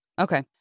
Okay